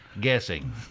guessing